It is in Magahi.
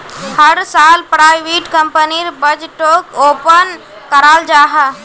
हर साल प्राइवेट कंपनीर बजटोक ओपन कराल जाहा